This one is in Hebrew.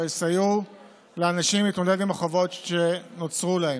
יסייעו לאנשים להתמודד עם החובות שנוצרו להם.